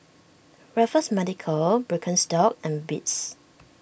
Raffles Medical Birkenstock and Beats